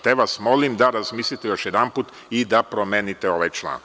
Te vas molim da razmislite još jedanput i da promenite ovaj član.